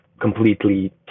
completely